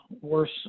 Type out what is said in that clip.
worse